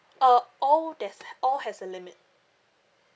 uh all there's all has a limit